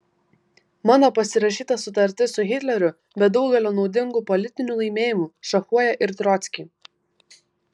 mano pasirašyta sutartis su hitleriu be daugelio naudingų politinių laimėjimų šachuoja ir trockį